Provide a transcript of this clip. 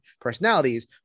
personalities